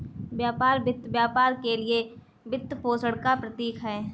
व्यापार वित्त व्यापार के लिए वित्तपोषण का प्रतीक है